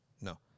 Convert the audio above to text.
No